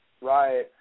Right